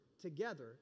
together